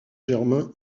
germain